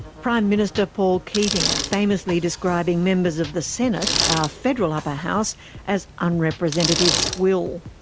prime minister paul keating famously describing members of the senate, our federal upper house, as unrepresentative swill.